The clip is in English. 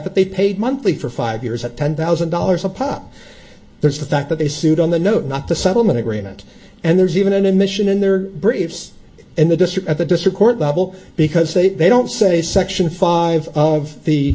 that they paid monthly for five years at ten thousand dollars a pop there's the fact that they sued on the note not the settlement agreement and there's even an admission in their briefs in the district at the district court level because they don't say section five of the